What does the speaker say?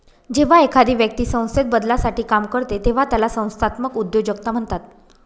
जेव्हा एखादी व्यक्ती संस्थेत बदलासाठी काम करते तेव्हा त्याला संस्थात्मक उद्योजकता म्हणतात